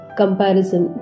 comparison